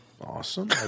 Awesome